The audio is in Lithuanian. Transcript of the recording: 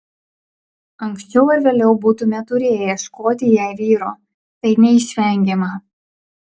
anksčiau ar vėliau būtumėme turėję ieškoti jai vyro tai neišvengiama